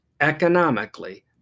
economically